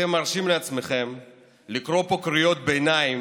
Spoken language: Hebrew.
שאתם מרשים לעצמכם לקרוא פה קריאות ביניים